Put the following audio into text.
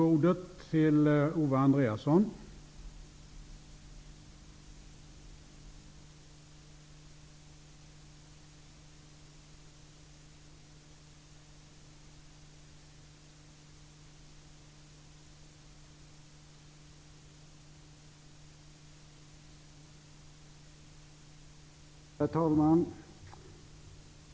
Herr talman!